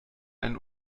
einen